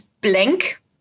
blank